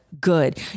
good